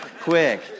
quick